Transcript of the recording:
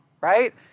right